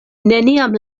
neniam